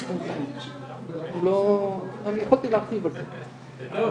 את בסיכון מוגבר להיות נשאית של מוטציה BRCA ואת בסיכון